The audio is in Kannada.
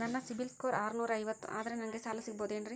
ನನ್ನ ಸಿಬಿಲ್ ಸ್ಕೋರ್ ಆರನೂರ ಐವತ್ತು ಅದರೇ ನನಗೆ ಸಾಲ ಸಿಗಬಹುದೇನ್ರಿ?